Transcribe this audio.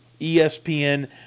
ESPN